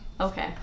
Okay